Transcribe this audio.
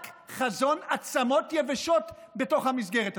רק חזון עצמות יבשות בתוך המסגרת הזאת.